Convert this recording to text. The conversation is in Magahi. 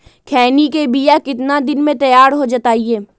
खैनी के बिया कितना दिन मे तैयार हो जताइए?